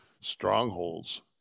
strongholds